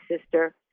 sister